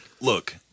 look